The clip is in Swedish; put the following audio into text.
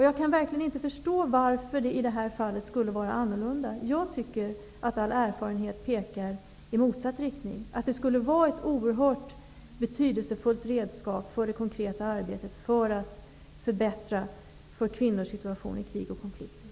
Jag kan inte förstå varför det skulle vara annorlunda i det här fallet. Jag tycker att all erfarenhet pekar i motsatt riktning, att kravet på en ny konvention skulle vara ett oerhört betydelsefullt redskap för det konkreta arbetet att förbättra kvinnors situation i krig och konflikter.